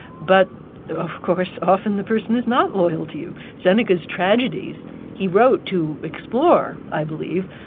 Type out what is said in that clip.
but of course often the person is not loyal to you seneca's tragedies he wrote to explore, i believe,